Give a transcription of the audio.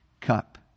cup